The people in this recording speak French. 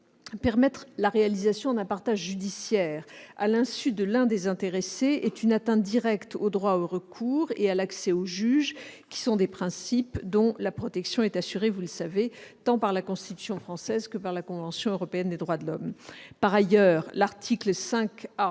Permettre la réalisation d'un partage judiciaire à l'insu de l'un des intéressés est une atteinte directe au droit au recours et à l'accès aux juges, qui sont des principes dont la protection est assurée, vous le savez, tant par la Constitution française que par la convention européenne des droits de l'homme. Par ailleurs, l'article 5